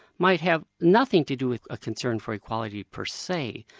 might have nothing to do with a concern for equality per se,